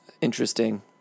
Interesting